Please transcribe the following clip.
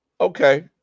okay